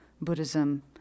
Buddhism